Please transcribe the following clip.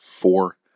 four